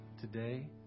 today